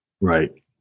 Right